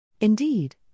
Indeed